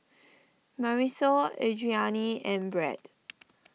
Marisol Adriane and Brad